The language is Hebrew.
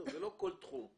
זה לא כל תחום.